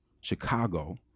Chicago